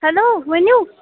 hello ؤنِو